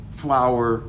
flour